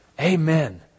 Amen